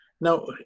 Now